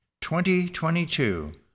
2022